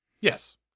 Yes